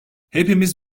hepimiz